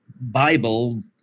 Bible